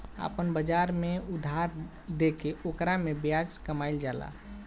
आपना बाजार में उधार देके ओकरा से ब्याज कामईल जाला